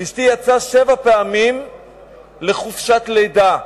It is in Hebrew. אשתי יצאה שבע פעמים לחופשת לידה.